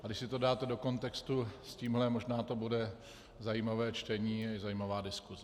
A když si to dáte do kontextu s tímhle, možná to bude zajímavé čtení, zajímavá diskuse.